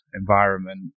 environment